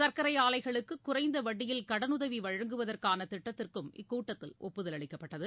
சர்க்கரை ஆலைகளுக்கு குறைந்த வட்டியில் கடனுதவி வழங்குவதற்கான திட்டத்திற்கும் இக்கூட்டத்தில் ஒப்புதல் அளிக்கப்பட்டது